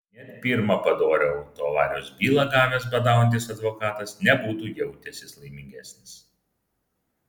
net pirmą padorią autoavarijos bylą gavęs badaujantis advokatas nebūtų jautęsis laimingesnis